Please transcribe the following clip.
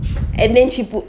and then she put